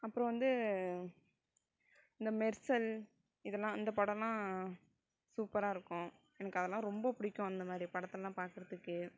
அப்புறம் வந்து இந்த மெர்சல் இதெல்லாம் இந்த படமெல்லாம் சூப்பராக இருக்கும் எனக்கு அதெல்லாம் ரொம்ப பிடிக்கும் அந்த மாதிரி படத்தெல்லாம் பார்க்குறதுக்கு